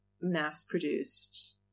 mass-produced